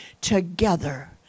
Together